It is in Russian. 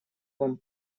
вам